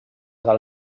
del